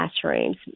classrooms